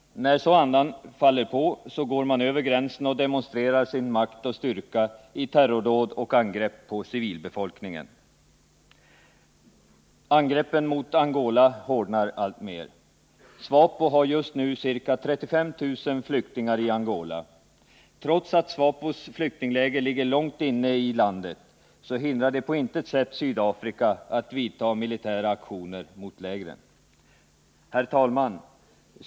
När så andan faller på går man över gränsen och demonstrerar sin makt och styrka i terrordåd och angrepp på civilbefolkningen. Angreppen mot Angola hårdnar alltmer. SWAPO har just nu ca 35 000 flyktingar i Angola. Trots att SWAPO:s läger ligger långt inne i landet hindrar det på intet sätt Sydafrika att vidta militära aktioner mot lägren. Herr talman!